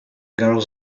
girls